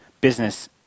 business